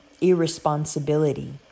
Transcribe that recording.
irresponsibility